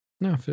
No